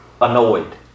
annoyed